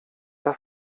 das